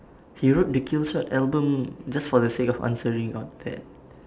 he wrote the killshot album just for the sake of answering all that